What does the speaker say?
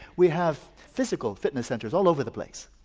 we have physical fitness centres all over the place.